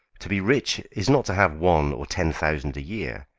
to be rich is not to have one or ten thousand a year,